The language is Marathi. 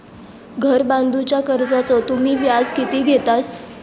घर बांधूच्या कर्जाचो तुम्ही व्याज किती घेतास?